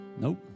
Nope